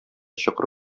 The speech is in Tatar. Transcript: чокыр